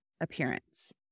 appearance